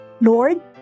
Lord